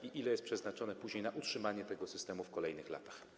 I ile jest przeznaczone później na utrzymanie tego systemu w kolejnych latach?